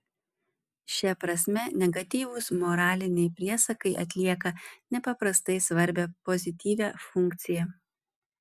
šia prasme negatyvūs moraliniai priesakai atlieka nepaprastai svarbią pozityvią funkciją